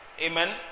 Amen